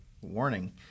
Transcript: warning